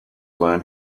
learn